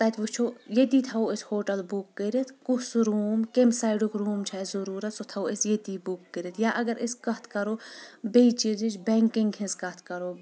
تتہِ وٕچھو ییٚتی تھاوو أسۍ ہوٹل بُک کٔرتھ کُس روٗم کٔمۍ سایڈُک روٗم چھُ اسہِ ضروٗرت سُہ تھاوو أسۍ ییٚتی بُک کٔرتھ یا اگر أسۍ کتھ کرو بیٚیہِ چیٖزٕچ بینٛکِنگ ہِنٛز کتھ کرو